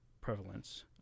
prevalence